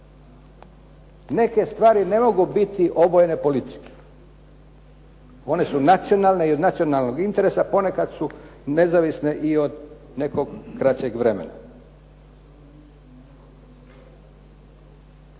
Neke stvari ne mogu biti obojene politički. One su nacionalne i od nacionalnog interesa, ponekad su nezavisne i od nekog kraćeg vremena.